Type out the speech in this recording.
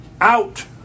out